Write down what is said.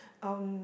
um